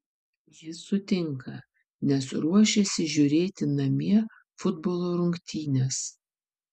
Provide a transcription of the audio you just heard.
jis sutinka nes ruošiasi žiūrėti namie futbolo rungtynes